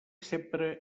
sempre